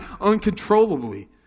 uncontrollably